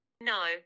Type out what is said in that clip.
No